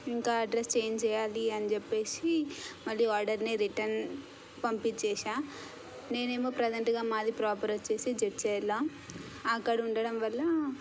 ఇంకా address change చేయాలి అని చెప్పేసి మళ్ళీ ఆర్డర్ని రిటర్న్ పంపించేశాను నేనేమో ప్రెసెంట్గా మాది ప్రాపర్ వచ్చేసి జడ్చర్ల అక్కడ ఉండడం వల్ల